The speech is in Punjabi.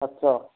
ਅੱਛਾ